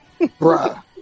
Bruh